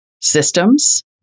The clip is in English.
systems